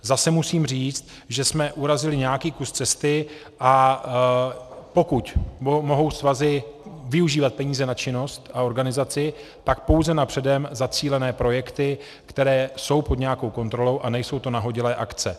Zase musím říct, že jsme urazili nějaký kus cesty, a pokud mohou svazy využívat peníze na činnost a organizaci, tak pouze na předem zacílené projekty, které jsou pod nějakou kontrolou a nejsou to nahodilé akce.